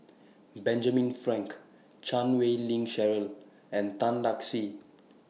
Benjamin Frank Chan Wei Ling Cheryl and Tan Lark Sye